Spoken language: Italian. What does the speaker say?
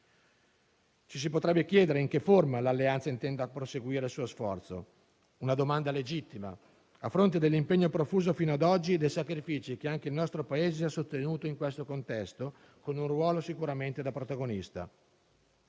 Ci si potrebbe chiedere in che forma l'Alleanza intenda proseguire il suo sforzo. È una domanda legittima a fronte dell'impegno profuso fino ad oggi e dei sacrifici che anche il nostro Paese ha sostenuto in questo contesto con un ruolo sicuramente da protagonista.